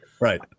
Right